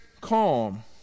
calm